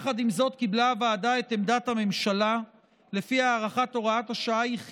עם זאת קיבלה הוועדה את עמדת הממשלה שלפיה הארכת הוראת השעה היא חיונית,